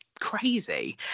crazy